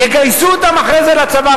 יגייסו אותם אחרי זה לצבא,